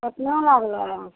कतना लागलऽ दाम